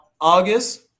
August